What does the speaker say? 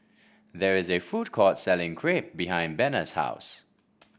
there is a food court selling Crepe behind Bena's house